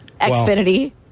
Xfinity